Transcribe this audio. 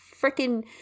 freaking